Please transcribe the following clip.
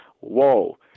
whoa